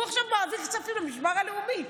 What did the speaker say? הוא עכשיו מעביר כספים למשמר הלאומי.